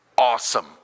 awesome